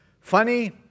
Funny